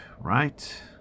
right